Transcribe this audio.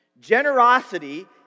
Generosity